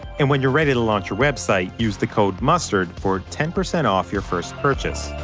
and when you're ready to launch your website, use the code mustard for ten percent off your first purchase.